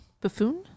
Buffoon